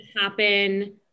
happen